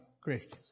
christians